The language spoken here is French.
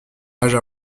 âge